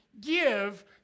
give